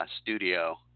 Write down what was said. studio